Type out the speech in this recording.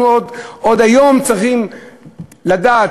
אנחנו עוד היום צריכים לדעת,